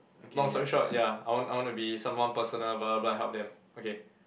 long story short ya I want I want to be someone personable but I help them okay